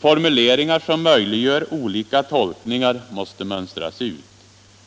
Formuleringar som möjliggör olika tolkningar måste mönstras — ut.